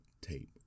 tape